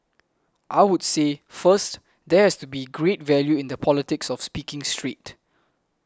I would say first there has to be great value in the politics of speaking straight